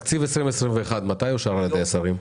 תקציב 2021, מתי אושר על ידי השרים?